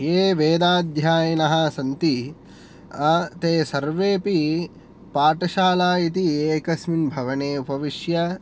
ये वेदाध्यायिनः सन्ति ते सर्वेऽपि पाठशाला इति एकस्मिन् भवने उपविश्य